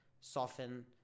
soften